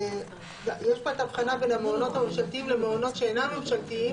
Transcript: יש פה את ההבחנה בין המעונות הממשלתיים למעונות שאינם ממשלתיים.